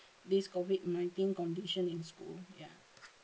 this COVID nineteen condition in school ya